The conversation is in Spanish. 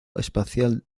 espacial